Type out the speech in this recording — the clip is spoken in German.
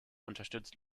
unterstützt